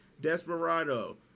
Desperado